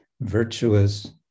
virtuous